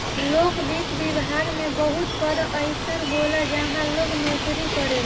लोक वित्त विभाग में बहुत पद अइसन होला जहाँ लोग नोकरी करेला